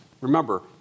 remember